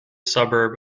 suburb